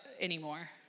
anymore